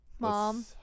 Mom